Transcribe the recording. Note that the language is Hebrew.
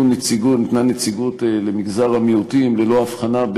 זה דבר אופייני מאוד לממשלה הזאת,